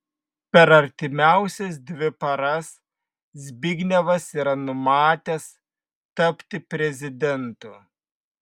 per artimiausias dvi paras zbignevas yra numatęs tapti prezidentu